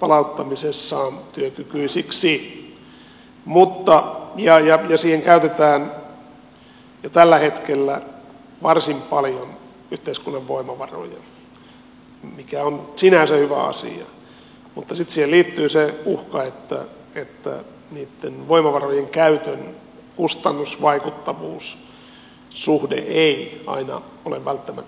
palauttamisessaan työkykyisiksi ja siihen käytetään jo tällä hetkellä varsin paljon yhteiskunnan voimavaroja mikä on sinänsä hyvä asia mutta sitten siihen liittyy se uhka että niitten voimavarojen käytön kustannusvaikuttavuus suhde ei aina ole välttämättä kohdallaan